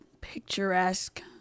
picturesque